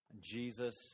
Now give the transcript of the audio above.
Jesus